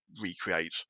recreate